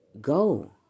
go